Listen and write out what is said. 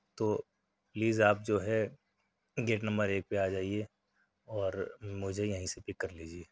تو پلیز آپ جو ہے گیٹ نمبر ایک پہ آجائیے اور مجھے یہیں سے پک کر لیجیے